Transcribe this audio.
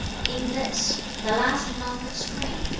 in this, the last month of spring,